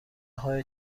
های